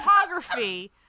photography